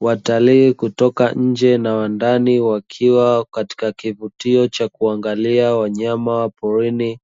Watalii kutoka nje na wa ndani, wakiwa katika kivutio cha kuangalia wanyama wa porini,